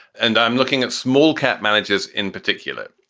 and i'm looking at smallcap managers in particular.